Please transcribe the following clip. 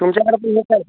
तुमच्याकडं पण हेच आहे का